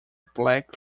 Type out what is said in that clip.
black